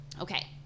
Okay